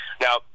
Now